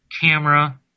camera